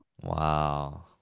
Wow